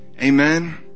Amen